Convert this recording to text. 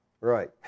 Right